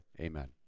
amen